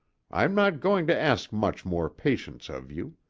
i'm not going to ask much more patience of you.